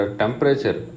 temperature